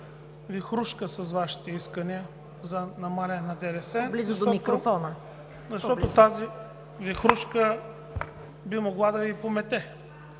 вихрушка с Вашите искания за намаляване на ДДС, защото тази вихрушка би могла да Ви помете.